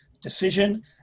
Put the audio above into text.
decision